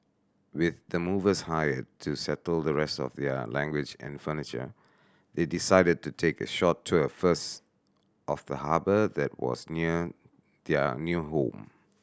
with the movers hired to settle the rest of their language and furniture they decided to take a short tour first of the harbour that was near their new home